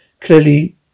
Clearly